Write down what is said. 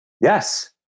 Yes